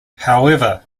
however